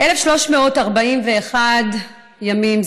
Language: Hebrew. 1,341 ימים,